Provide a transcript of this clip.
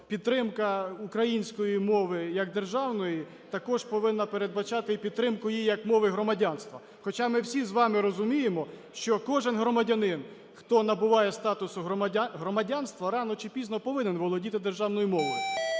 підтримка української мови як державної також повинна передбачати і підтримку її як мови громадянства. Хоча ми всі з вами розуміємо, що кожен громадянин, хто набуває статусу громадянства, рано чи пізно повинен володіти державною мовою.